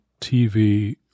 TV